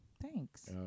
Thanks